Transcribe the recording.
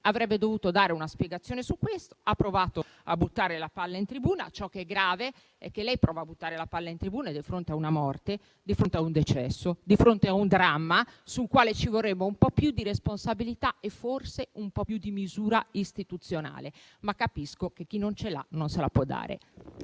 Avrebbe dovuto dare una spiegazione su questo, ma ha provato a buttare la palla in tribuna. Ciò che è grave è che lei prova a buttare la palla in tribuna di fronte a una morte, di fronte a un decesso, di fronte a un dramma sul quale ci vorrebbero un po' più di responsabilità e forse un po' più di misura istituzionale. Ma capisco che chi non ce le ha non se le può dare.